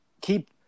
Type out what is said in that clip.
keep